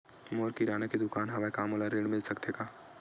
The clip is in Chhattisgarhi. मोर किराना के दुकान हवय का मोला ऋण मिल सकथे का?